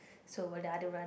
so will the other one